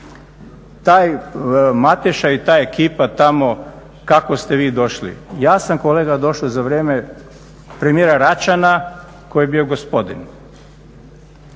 taj Mateša i ta ekipa tamo, kako ste vi došli. Ja sam kolega došao za vrijeme premijera Račana koji je bio gospodin.